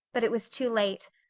but it was too late.